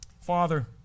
Father